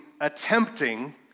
attempting